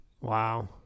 Wow